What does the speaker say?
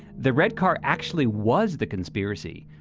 the red car actually was the conspiracy.